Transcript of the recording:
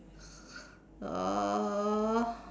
uh